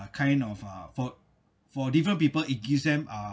kind of uh for for different people it gives them